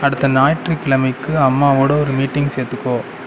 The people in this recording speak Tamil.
அடுத்த ஞாயிற்று கிழமைக்கு அம்மாவோட ஒரு மீட்டிங் சேர்த்துக்கோ